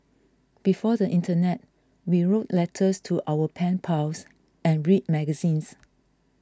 before the internet we wrote letters to our pen pals and read magazines